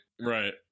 Right